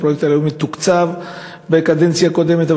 והפרויקט הלאומי תוקצב בקדנציה הקודמת,